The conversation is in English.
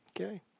Okay